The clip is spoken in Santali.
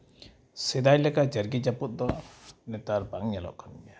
ᱥᱮᱫᱟᱭ ᱞᱮᱠᱟ ᱡᱟᱨᱜᱮ ᱡᱟᱹᱯᱩᱫ ᱫᱚ ᱱᱮᱛᱟᱨ ᱵᱟᱝ ᱧᱮᱞᱚᱜ ᱠᱟᱱ ᱜᱮᱭᱟ